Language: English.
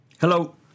Hello